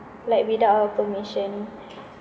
like without our permission